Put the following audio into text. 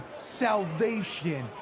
salvation